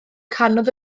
canodd